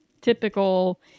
typical